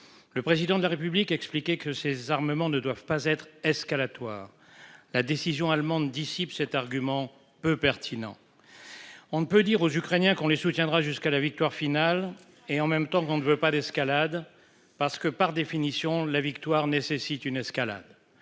Le président de la République, expliqué que ces armements ne doivent pas être escalatoire. La décision allemande dissipe cet argument peu pertinent. On ne peut dire aux Ukrainiens qu'on les soutiendra jusqu'à la victoire finale et en même temps qu'on ne veut pas d'escalade. Parce que par définition la victoire nécessite une escalade